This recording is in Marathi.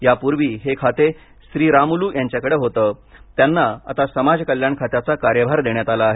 यापूर्वी हे खाते श्रीरामुलू यांच्याकडे होते त्यांना आता समाज कल्याण खात्याचा कार्यभार देण्यात आला आहे